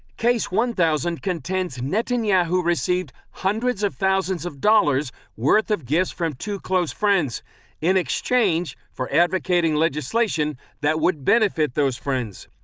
case one thousand contains netanyahu received hundreds of thousands of dollars worth of gifts from two close friends in exchange for advocating legislation that would benefit those friends.